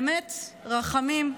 באמת רחמים.